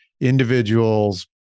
individuals